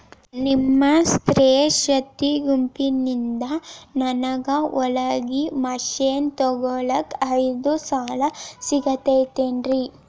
ನಿಮ್ಮ ಸ್ತ್ರೇ ಶಕ್ತಿ ಗುಂಪಿನಿಂದ ನನಗ ಹೊಲಗಿ ಮಷೇನ್ ತೊಗೋಳಾಕ್ ಐದು ಸಾಲ ಸಿಗತೈತೇನ್ರಿ?